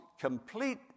complete